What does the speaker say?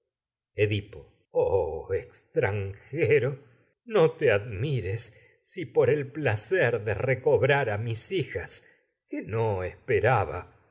edipo oh extranjero a no te admires si por el pla cer de recobrar mis hijas que esperaba